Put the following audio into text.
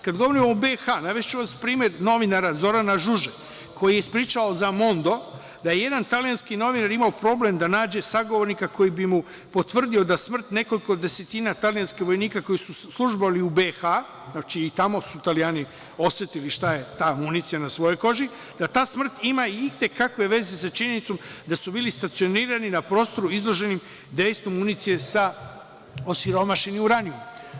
Kad govorimo o BiH, navešću vam primer novinara Zorana Žuže, koji je ispričao za „Mondo“ da je jedan italijanski novinar imao problem da nađe sagovornika koji bi mu potvrdio da smrt nekoliko desetina italijanskih vojnika koji su službovali u BiH, znači i tamo su Italijani osetili šta je ta municija na svojoj koži, da ta smrt ima i te kakve veze sa činjenicom da su bili stacionirani na prostoru izloženim dejstvu municije sa osiromašenim uranijumom.